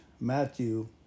Matthew